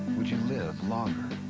would you live longer?